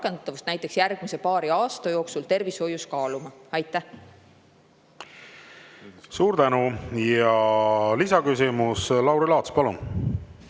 näiteks järgmise paari aasta jooksul tervishoius kaaluma. Suur tänu! Lisaküsimus, Lauri Laats, palun!